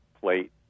plate